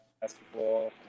basketball